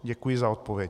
Děkuji za odpověď.